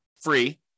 free